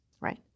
right